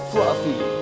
Fluffy